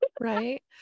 Right